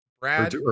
Brad